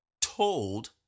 told